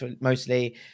mostly